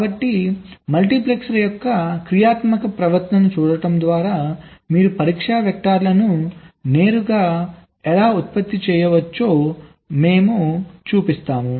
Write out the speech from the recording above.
కాబట్టి మల్టీపెక్సర్ యొక్క క్రియాత్మక ప్రవర్తనను చూడటం ద్వారా మీరు పరీక్షా వెక్టర్లను నేరుగా ఎలా ఉత్పత్తి చేయవచ్చునో మేము చూపిస్తాము